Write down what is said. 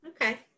Okay